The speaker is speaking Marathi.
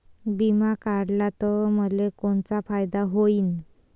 बिमा काढला त मले कोनचा फायदा होईन?